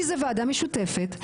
כי זה ועדה משותפת,